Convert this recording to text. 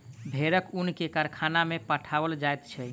भेड़क ऊन के कारखाना में पठाओल जाइत छै